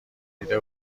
دیده